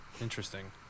Interesting